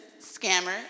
scammer